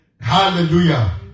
Hallelujah